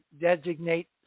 designate